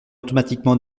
automatiquement